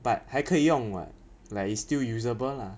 but 还可以用 [what] like it's still usable lah